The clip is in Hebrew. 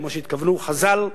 כמו שהתכוונו חז"ל,